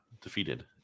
defeated